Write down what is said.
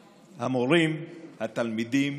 המורים, התלמידים,